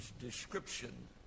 description